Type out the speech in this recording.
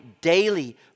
daily